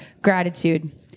gratitude